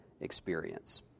experience